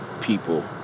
people